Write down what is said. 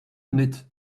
knit